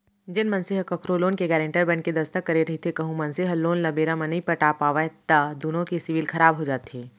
जेन मनसे ह कखरो लोन के गारेंटर बनके दस्कत करे रहिथे कहूं मनसे ह लोन ल बेरा म नइ पटा पावय त दुनो के सिविल खराब हो जाथे